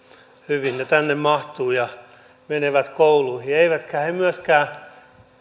hyvin ne tänne mahtuvat ja menevät kouluihin eivätkä he myöskään